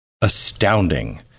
astounding